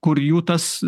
kur jų tas